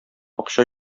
акча